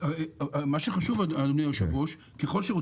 מה שחשוב,